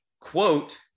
quote